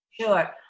Sure